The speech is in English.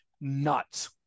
nuts